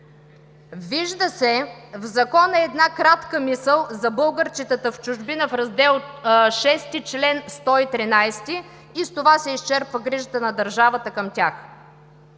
Закона се вижда кратка мисъл за българчетата в чужбина – раздел VI, чл. 113, и с това се изчерпва грижата на държавата към тях.